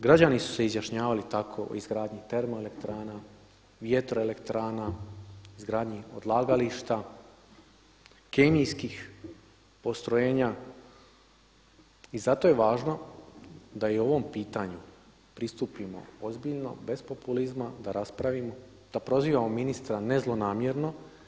Građani su se izjašnjavali tako o izgradnji termoelektrana, vjetroelektrana, izgradnji odlagališta, kemijskih postrojenja i zato je važno da i ovom pitanju pristupimo ozniljno, bez populizma, da raspravimo, da prozivamo ministra ne zlonamjerno.